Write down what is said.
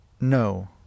No